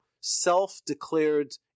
self-declared